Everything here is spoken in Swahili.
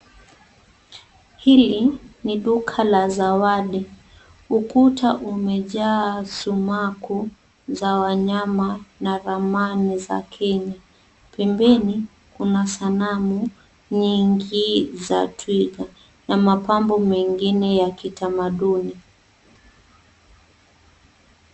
Hili ni duka la zawadi. Ukuta umejaa sumaku za wanyama na ramani za Kenya. Pembeni kuna sanamu nyingi za twiga na mapambo mengine ya kitamaduni.